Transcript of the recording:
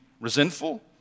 resentful